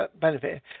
benefit